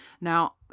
Now